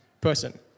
person